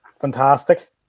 Fantastic